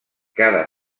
cada